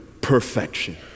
perfection